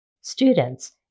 students